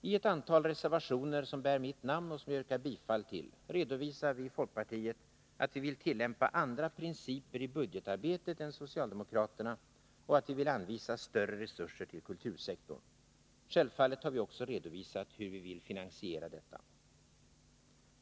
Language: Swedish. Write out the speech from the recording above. I ett stort antal reservationer, som bär mitt namn och som jag yrkar bifall till, redovisar vi i folkpartiet att vi vill tillämpa andra principer i budgetarbetet än socialdemokraterna och att vi vill anvisa större resurser till kultursektorn. Självfallet har vi också redovisat hur vi vill finansiera detta.